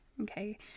okay